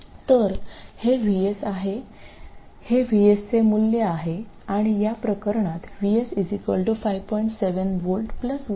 तर हे VS आहे हे VSचे मूल्य आहे आणि या प्रकरणात VS 5